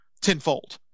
tenfold